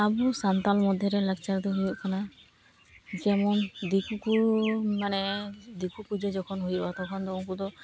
ᱟᱵᱚ ᱥᱟᱱᱛᱟᱲ ᱢᱚᱫᱽᱫᱷᱮ ᱨᱮ ᱞᱟᱠᱪᱟᱨ ᱫᱚ ᱦᱩᱭᱩᱜ ᱠᱟᱱᱟ ᱡᱮᱢᱚᱱ ᱫᱤᱠᱩ ᱠᱚ ᱢᱟᱱᱮ ᱫᱤᱠᱩ ᱯᱩᱡᱟᱹ ᱡᱚᱠᱷᱚᱱ ᱦᱩᱭᱩᱜᱼᱟ ᱛᱚᱠᱷᱚᱱ ᱫᱚ ᱩᱱᱠᱩ ᱫᱚ